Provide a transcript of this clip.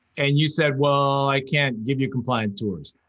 and you said, well, i can't give you compliant tours.